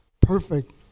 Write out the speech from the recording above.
Perfect